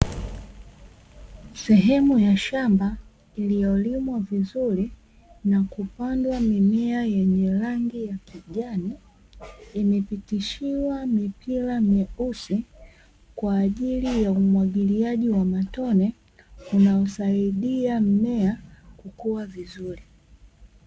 Sehemu ya shamba iliyolimwa vizuri na kupandwa mimea yenye rangi ya kijani, imepitishwa mipira meusi kwa ajili ya umwagiliaji wa njia ya matone, unaosaidia mmea kukua vizuri.